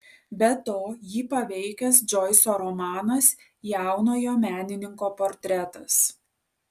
be to jį paveikęs džoiso romanas jaunojo menininko portretas